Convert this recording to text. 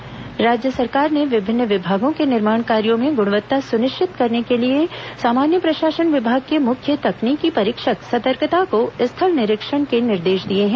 निर्माण कार्य निरीक्षण राज्य सरकार ने विभिन्न विभागों के निर्माण कार्यो में गुणवत्ता सुनिश्चित करने के लिए सामान्य प्रशासन विभाग के मुख्य तकनीकी परीक्षक सतर्कता को स्थल निरीक्षण के निर्देश दिए हैं